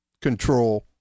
control